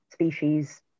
species